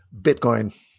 Bitcoin